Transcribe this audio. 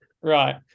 Right